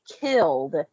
killed